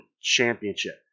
championship